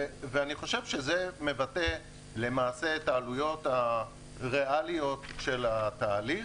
אני חושב שזה מבטא את העלויות הריאליות של התהליך.